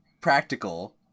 practical